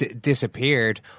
disappeared